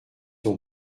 ont